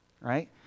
right